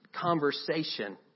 conversation